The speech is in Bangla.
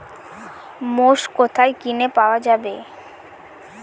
মোষ কোথায় কিনে পাওয়া যাবে?